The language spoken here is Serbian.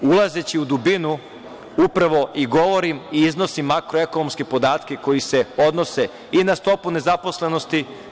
Ulazeći u dubinu upravo govorim i iznosim makroekonomske podatke koji se odnose i na stopu nezaposlenosti.